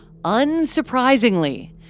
Unsurprisingly